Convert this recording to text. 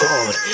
God